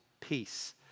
peace